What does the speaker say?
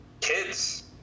kids